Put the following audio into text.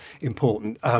important